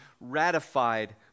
ratified